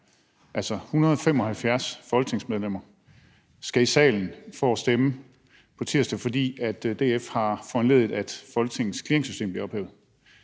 Altså, 175 folketingsmedlemmer skal i salen for at stemme på tirsdag, fordi DF har foranlediget, at Folketingets clearingssystem bliver ophævet